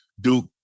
Duke